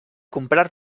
comprar